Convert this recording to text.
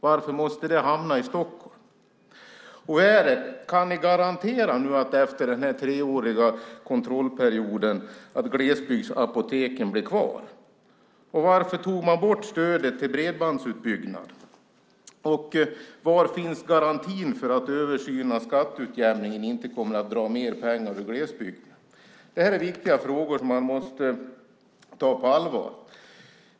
Varför måste det hamna i Stockholm? Kan ni garantera att glesbygdsapoteken blir kvar efter den treåriga kontrollperioden? Varför tog ni bort stödet till bredbandsutbyggnad? Var finns garantin för att översynen av skatteutjämningen inte kommer att dra mer pengar från glesbygden? Det här är viktiga frågor som måste tas på allvar.